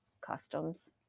customs